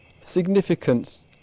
significance